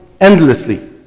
endlessly